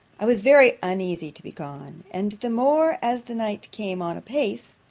i was very uneasy to be gone and the more as the night came on apace.